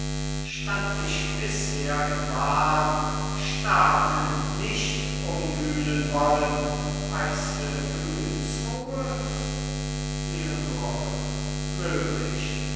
stand ich bisher im wahn staaten nicht umwühlen wollen heiße gemütsruhe leonore möglich